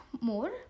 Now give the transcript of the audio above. more